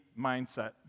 mindset